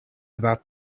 about